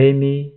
Amy